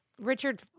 Richard